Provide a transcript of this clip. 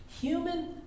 Human